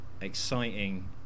exciting